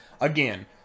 Again